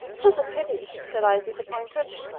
tis a pity, said i, disappointed.